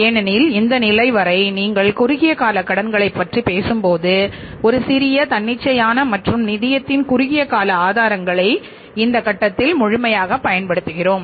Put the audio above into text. ஏனெனில் இந்த நிலை வரை நீங்கள் குறுகிய கால கடன்களைப் பற்றி பேசும்போது இது சிறிய தன்னிச்சையான மற்றும் நிதியத்தின் குறுகிய கால ஆதாரங்களை இந்த கட்டத்தில் முழுமையாகப் பயன்படுத்துகிறோம்